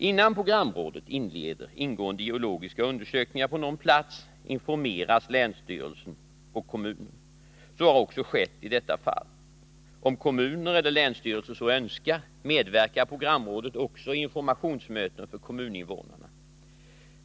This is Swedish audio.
Innan programrådet inleder ingående geologiska undersökningar på någon plats, informeras länsstyrelsen och kommunen. Så har också skett i detta fall. Om kommuner eller länsstyrelser så önskar, medverkar programrådet också i informationsmöten för kommuninvånarna.